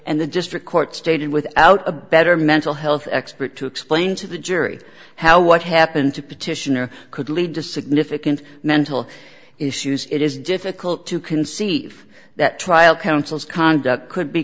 and the district court stated without a better mental health expert to explain to the jury how what happened to petitioner could lead to significant mental issues it is difficult to conceive that trial counsel's conduct could be